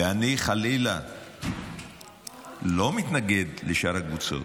ואני חלילה לא מתנגד לשאר הקבוצות,